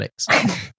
Netflix